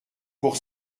pour